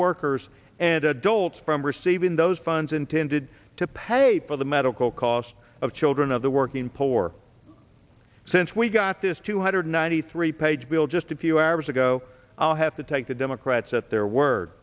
workers and adults from receiving those funds intended to pay for the medical costs of children of the working poor since we got this two hundred ninety three page bill just a few hours ago i'll have to take the democrats at their word